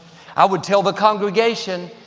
i would tell the congregation,